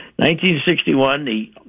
1961